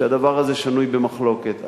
שהדבר הזה שנוי במחלוקת.